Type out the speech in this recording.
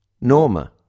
Norma